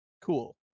cool